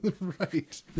Right